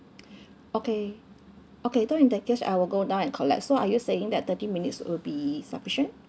okay okay so in that case I will go down and collect so are you saying that thirty minutes will be sufficient